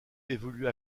évolue